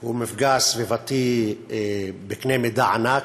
הוא מפגע סביבתי בקנה מידה ענק,